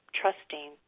trusting